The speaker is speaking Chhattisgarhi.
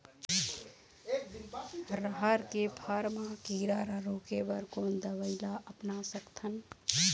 रहर के फर मा किरा रा रोके बर कोन दवई ला अपना सकथन?